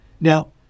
Now